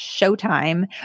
showtime